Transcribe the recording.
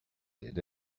did